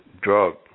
drug